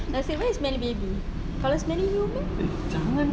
nasib baik smelly baby kalau smelly human